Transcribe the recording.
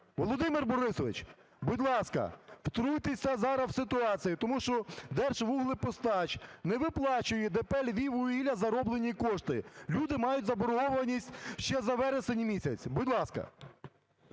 Володимир Борисович, будь ласка, втрутьтеся зараз в ситуацію, тому що Держвуглепостач не виплачує ДП "Львіввугілля" зароблені кошти. Люди мають заборгованість ще за вересень місяць. Будь ласка.